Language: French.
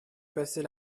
passer